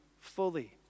fully